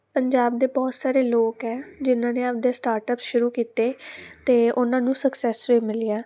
ਪੰਜਾਬ ਦੇ ਬਹੁਤ ਸਾਰੇ ਲੋਕ ਹੈ ਜਿਹਨਾਂ ਨੇ ਆਪਦੇ ਸਟਾਰਟਅਪ ਸ਼ੁਰੂ ਕੀਤੇ ਅਤੇ ਉਹਨਾਂ ਨੂੰ ਸਕਸੈਸ ਵੀ ਮਿਲੀ ਆ